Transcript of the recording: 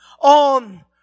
on